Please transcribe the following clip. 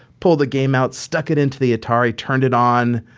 pulled the game out, stuck it into the atari, turned it on.